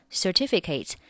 certificate